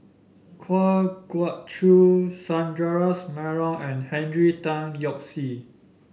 Kwa Geok Choo Sundaresh Menon and Henry Tan Yoke See